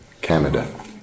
Canada